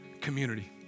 community